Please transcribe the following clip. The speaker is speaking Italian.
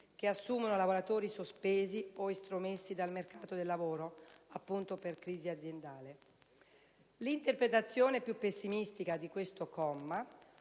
che assumano lavoratori sospesi o estromessi dal mercato del lavoro per crisi aziendale. L'interpretazione più pessimistica di questo comma